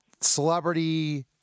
celebrity